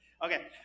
Okay